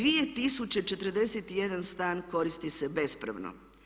2041 stan koristi se bespravno.